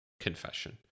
confession